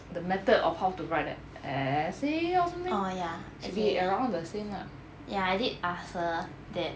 the method of how to write like an essay or something should be around the same lah